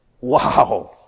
Wow